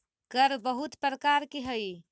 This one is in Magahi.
कर बहुत प्रकार के हई